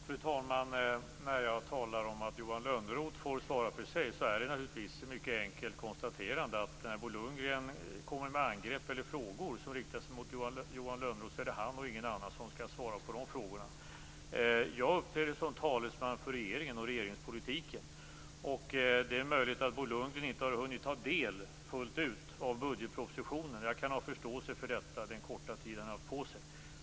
Fru talman! När jag talar om att Johan Lönnroth får svara för sig är det naturligtvis ett mycket enkelt konstaterande, att när Bo Lundgren kommer med angrepp eller frågor som riktas mot Johan Lönnroth är det han och ingen annan som skall svara. Jag uppträder som talesman för regeringen och regeringspolitiken. Det är möjligt att Bo Lundgren inte har hunnit ta del fullt ut av budgetpropositionen. Jag kan ha förståelse för detta med tanke på den korta tid han haft på sig.